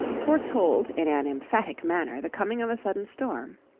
foretold in an emphatic manner the coming of a sudden storm.